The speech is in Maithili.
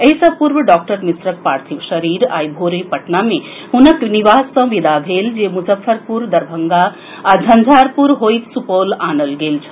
एहि सँ पूर्व डॉक्टर मिश्रक पार्थिव शरीर आइ भोरे पटना मे हुनक निवास सँ विदा भेल जे मुजफ्फरपुर दरभंगा आ झंझारपुर होइत सुपौल आनल गेल छल